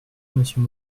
monsieur